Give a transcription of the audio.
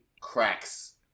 cracks